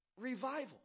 revival